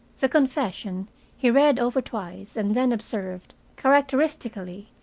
the confession he read over twice, and then observed, characteristically,